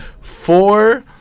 four